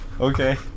Okay